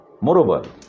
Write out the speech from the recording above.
Moreover